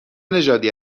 نژادی